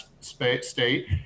state